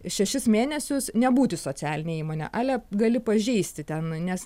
šešis mėnesius nebūti socialine įmone ale gali pažeisti ten nes